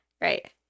Right